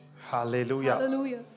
Hallelujah